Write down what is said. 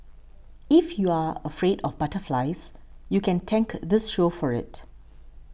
if you're afraid of butterflies you can thank this show for it